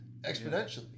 exponentially